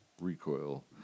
Recoil